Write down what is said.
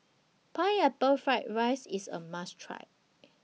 Pineapple Fried Rice IS A must Try